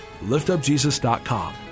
liftupjesus.com